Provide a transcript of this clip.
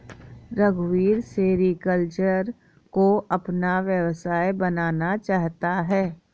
रघुवीर सेरीकल्चर को अपना व्यवसाय बनाना चाहता है